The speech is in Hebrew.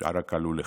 עלו לכאן.